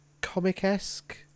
comic-esque